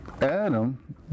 Adam